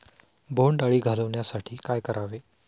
बोंडअळी घालवण्यासाठी काय करावे?